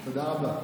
תודה רבה.